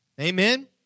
Amen